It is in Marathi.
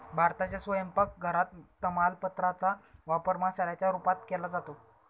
भारताच्या स्वयंपाक घरात तमालपत्रा चा वापर मसाल्याच्या रूपात केला जातो